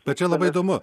bet čia labai įdomu